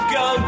go